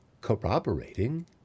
corroborating